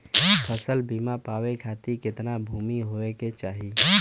फ़सल बीमा पावे खाती कितना भूमि होवे के चाही?